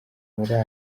muri